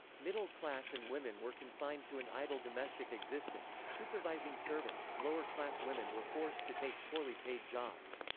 middle-class and women were confined to an idle domestic existence, supervising servants lower-class women were forced to take poorly paid jobs.